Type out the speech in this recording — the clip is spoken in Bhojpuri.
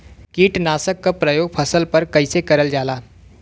कीटनाशक क प्रयोग फसल पर कइसे करल जाला?